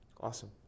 awesome